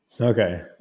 Okay